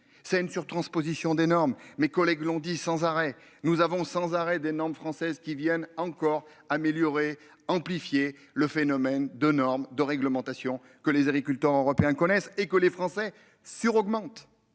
C'est une sur-transposition des normes mes collègues l'ont dit sans arrêt nous avons sans arrêt des normes françaises qui viennent encore améliorer amplifier le phénomène de normes de réglementation que les agriculteurs européens connaissent et que les Français sur augmente.